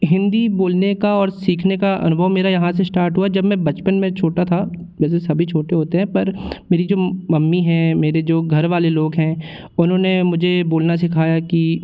हिंदी बोलने का और सीखने का अनुभव मेरा यहाँ से स्टार्ट हुआ जब मैं बचपन में छोटा था वैसे सभी छोटे होते हैं पर मेरी जो मम्मी है मेरे जो घरवाले लोग हैं उन्होंने मुझे बोलना सिखाया कि